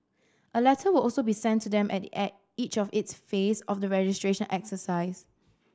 a letter will also be sent to them at the each of its phase of the registration exercise